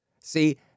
See